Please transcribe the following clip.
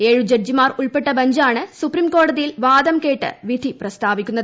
ഏഴു ജഡ്ജിമാർ ഉൾപ്പെട്ട ബഞ്ചാണ് സുപ്രീംകോടതിയിൽ വാദം കേട്ട് വിധി പ്രസ്താവിക്കുന്നത്